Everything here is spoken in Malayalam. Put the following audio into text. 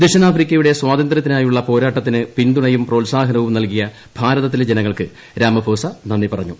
ദക്ഷിണാഫ്രിക്കയുടെ സ്വാതന്ത്ര്യത്തിനായുള്ള പോരാട്ടത്തിന് പിന്തുണയും പ്രോത്സാഹനവും നൽകിയ ഭാരതത്തിലെ ജനങ്ങൾക്ക് രാമഫോസ നന്ദി പറഞ്ഞു